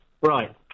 Right